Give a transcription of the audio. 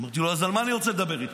אמרתי לו: אז על מה אני רוצה לדבר איתך?